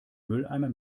mülleimer